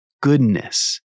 goodness